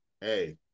Hey